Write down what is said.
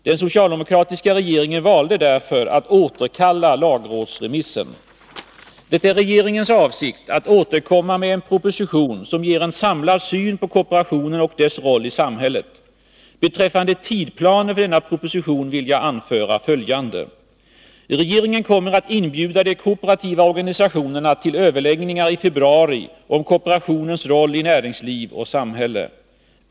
Den socialdemokratiska regeringen valde därför att återkalla lagrådsremissen. Det är regeringens avsikt att återkomma med en proposition som ger en samlad syn på kooperationen och dess rolli samhället. Beträffande tidplanen för denna proposition vill jag anföra följande. Regeringen kommer att inbjuda de kooperativa organisationerna till överläggningar i februari om kooperationens roll i näringsliv och samhälle.